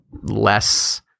less